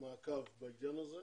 מעקב בעניין הזה,